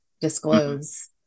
disclose